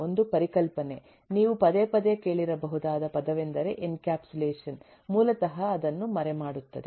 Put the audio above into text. ಒಂದು ಪರಿಕಲ್ಪನೆ ನೀವು ಪದೇ ಪದೇ ಕೇಳಿರಬಹುದಾದ ಪದವೆಂದರೆ ಎನ್ಕ್ಯಾಪ್ಸುಲೇಷನ್ ಮೂಲತಃ ಅದನ್ನು ಮರೆಮಾಡುತ್ತದೆ